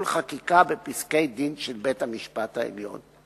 חקיקה בפסקי-דין של בית-המשפט העליון.